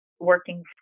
working